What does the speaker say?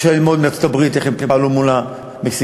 אפשר ללמוד מארצות-הברית איך הם פעלו מול המקסיקנים.